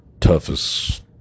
toughest